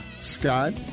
Scott